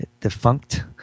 defunct